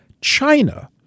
China